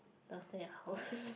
downstair my house